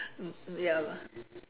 ya lah